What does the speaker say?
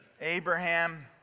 Abraham